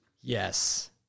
yes